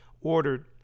ordered